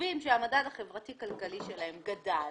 ישובים שהמדד החברתי-כלכלי שלהם גדל,